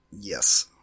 Yes